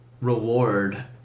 reward